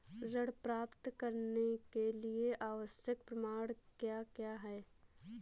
ऋण प्राप्त करने के लिए आवश्यक प्रमाण क्या क्या हैं?